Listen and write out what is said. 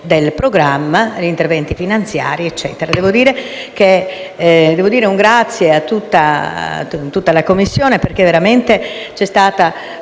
grazie a tutta